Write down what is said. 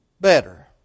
Better